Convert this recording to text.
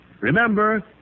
remember